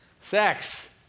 sex